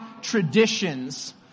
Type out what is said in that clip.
traditions